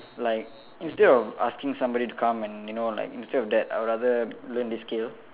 like instead of asking somebody to come and you know like instead of that I'll rather learn this skill